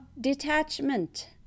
detachment